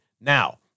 Now